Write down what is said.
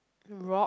rock